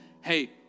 hey